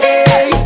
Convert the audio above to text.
Hey